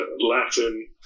Latin